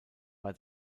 war